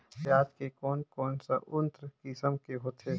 पियाज के कोन कोन सा उन्नत किसम होथे?